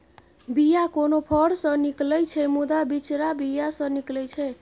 बीया कोनो फर सँ निकलै छै मुदा बिचरा बीया सँ निकलै छै